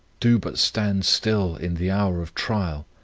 do but stand still in the hour of trial,